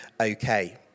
okay